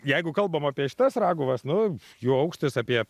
jeigu kalbam apie šitas raguvas nu jų aukštis apie